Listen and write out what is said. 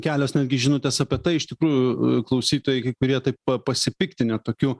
kelios netgi žinutės apie tai iš tikrųjų klausytojai kai kurie taip pasipiktinę tokiu